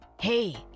Hey